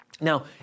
Now